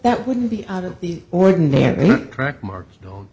that wouldn't be out of the ordinary track marks